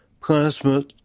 plasma